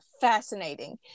fascinating